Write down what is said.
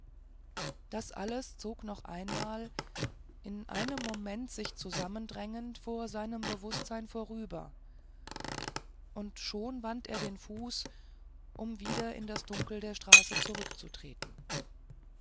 das alles zog noch einmal in einen moment sich zusammendrängend vor seinem bewußtsein vorüber und schon wandte er den fuß um wieder in das dunkel der straße zurückzutreten